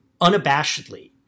unabashedly